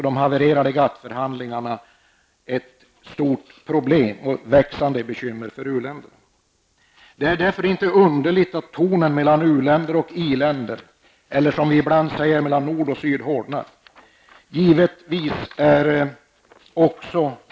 De havererade GATT-förhandlingarna utgör naturligtvis också ett stort problem och ett växande bekymmer för uländerna. Det är därför inte underligt att tonen mellan uländer och i-länder -- eller som man ibland säger: mellan nord och syd -- hårdnar.